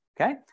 Okay